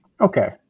okay